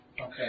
Okay